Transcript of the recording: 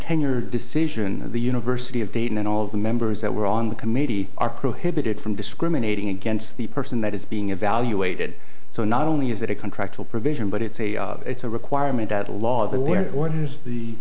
tenure decision the university of dayton and all the members that were on the committee are prohibited from discriminating against the person that is being evaluated so not only is that a contractual provision but it's a it's a requirement of the law that